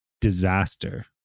disaster